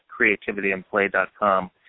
creativityandplay.com